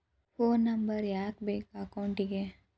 Phone number ಯಾಕೆ ಬೇಕು ಅಕೌಂಟಿಗೆ?